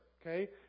okay